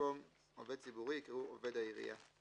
ובמקום "עובד ציבורי" יקראו "עובד העירייה";